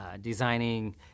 designing